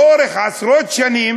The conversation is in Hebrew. לאורך עשרות שנים